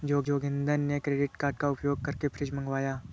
जोगिंदर ने credit card का उपयोग करके फ्रिज मंगवाया